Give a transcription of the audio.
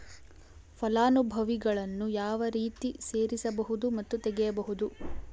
ಫಲಾನುಭವಿಗಳನ್ನು ಯಾವ ರೇತಿ ಸೇರಿಸಬಹುದು ಮತ್ತು ತೆಗೆಯಬಹುದು?